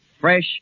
fresh